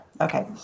Okay